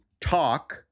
talk